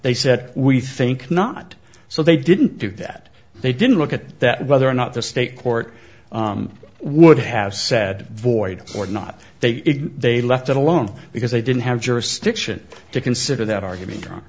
they said we think not so they didn't do that they didn't look at that whether or not the state court would have said void or not they they left it alone because they didn't have jurisdiction to consider that argument